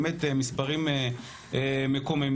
באמת המספרים מקוממים.